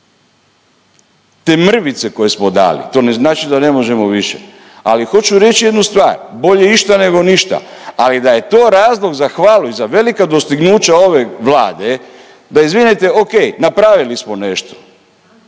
Te mrvice koje smo dali to ne znači da ne možemo više. Ali hoću reći jednu stvar, bolje išta nego ništa. Ali da je to razlog za hvalu i za velika dostignuća ove Vlade, da izvinete okej, napravili smo nešto,